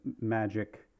magic